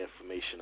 information